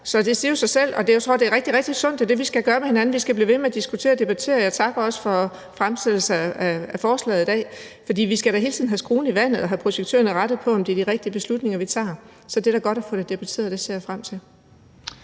Så det siger jo sig selv, og jeg tror, det er rigtig, rigtig sundt, at det er det, vi skal gøre med hinanden. Vi skal blive ved med at diskutere og debattere, og jeg takker også for fremsættelsen af forslaget i dag, for vi skal da hele tiden have skruen i vandet og have projektørerne rettet mod, om det er de rigtige beslutninger, vi tager. Så det er godt at få det debatteret, og det ser jeg frem til.